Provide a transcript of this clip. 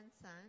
son